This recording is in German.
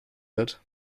wird